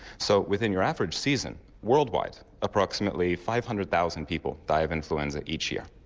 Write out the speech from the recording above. so within your average season worldwide, approximately five hundred thousand people die of influenza each year.